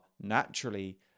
naturally